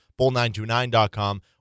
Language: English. bull929.com